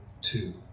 two